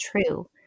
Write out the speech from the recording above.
true